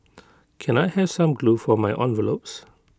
can I have some glue for my envelopes